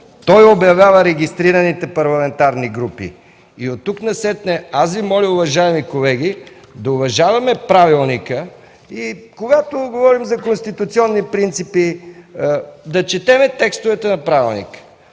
Той обявява регистрираните парламентарни групи. Оттук насетне аз Ви моля, уважаеми колеги, да уважаваме правилника и когато говорим за конституционни принципи, да четем текстовете на правилника.